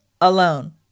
alone